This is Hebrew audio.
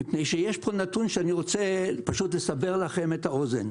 ויש פה נתון שאני רוצה לסבר לכם את האוזן: